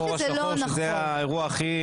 אנחנו חושבים שזה לא נכון,